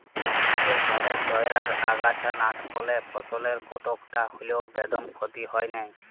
বিসেসভাবে তইয়ার আগাছানাসকলে ফসলের কতকটা হল্যেও বেদম ক্ষতি হয় নাই